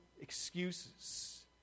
excuses